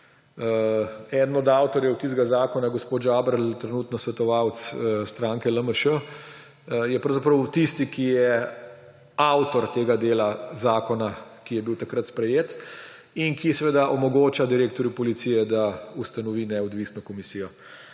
Eden od avtorjev tistega zakona je gospod Žabrl, trenutno svetovalec stranke LMŠ, je pravzaprav tisti, ki je avtor tega dela zakona, ki je bil takrat sprejet in ki seveda omogoča direktorju policije, da ustanovi neodvisno komisijo.